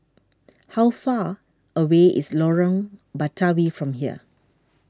how far away is Lorong Batawi from here